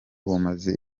bumaze